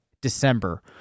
December